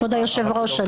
כבוד היושב-ראש,